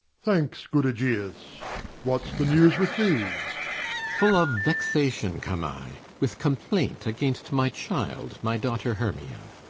thanks, good egeus what's the news with thee full of vexation come i, with complaint against my child, my daughter hermia.